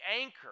anchor